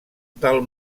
del